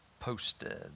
posted